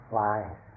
lies